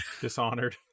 Dishonored